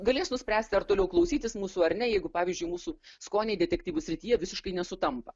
galės nuspręsti ar toliau klausytis mūsų ar ne jeigu pavyzdžiui mūsų skoniai detektyvų srityje visiškai nesutampa